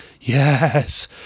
yes